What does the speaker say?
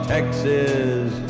Texas